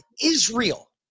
Israel